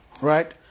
right